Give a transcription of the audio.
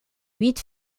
huit